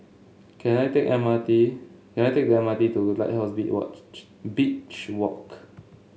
can I take a M R T can I take the M R T to Lighthouse be Beach Walk